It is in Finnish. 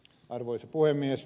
arvoisa puhemies